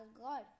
God